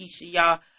y'all